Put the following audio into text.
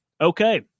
Okay